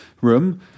room